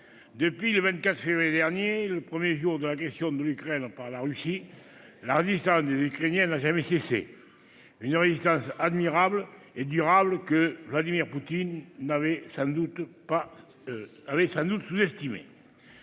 depuis le 24 février dernier, premier jour de l'agression de l'Ukraine par la Russie, la résistance des Ukrainiens n'a jamais cessé. Une résistance admirable et durable que Vladimir Poutine avait sans doute sous-estimée.